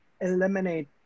eliminate